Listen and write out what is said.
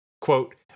quote